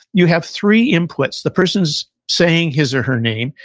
you have three inputs, the person's saying his or her name,